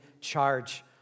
charge